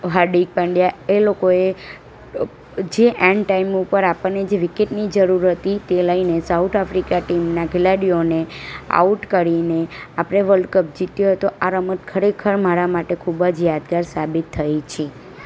હાર્દિક પાંડયા એ લોકોએ જે એન્ડ ટાઈમ ઉપર આપણને જે વિકેટની જરૂર હતી તે લઈને સાઉથ આફ્રિકા ટીમના ખેલાડીઓને આઉટ કરીને આપણે વલ્ડકપ જીત્યો હતો આ રમત ખેરખર મારા માટે ખૂબ જ યાદગાર સાબિત થઈ છે